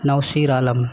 Nosheer Alam